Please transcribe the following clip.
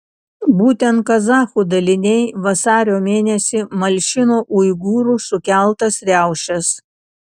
būtent kazachų daliniai vasario mėnesį malšino uigūrų sukeltas riaušes